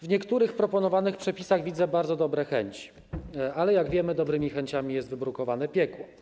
W niektórych proponowanych przepisach widzę bardzo dobre chęci, ale jak wiemy, dobrymi chęciami jest wybrukowane piekło.